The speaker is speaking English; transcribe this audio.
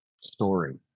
story